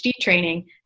training